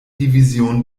division